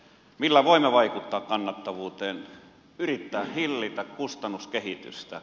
millä voimme vaikuttaa kannattavuuteen yrittää hillitä kustannuskehitystä